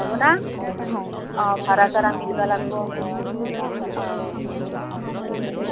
হ'বনে অ ভাড়া চাৰা মিলিব লাগিব অ সেইটোৱে